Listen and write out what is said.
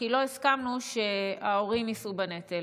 כי לא הסכמנו שההורים יישאו בנטל.